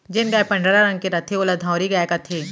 जेन गाय पंडरा रंग के रथे ओला धंवरी गाय कथें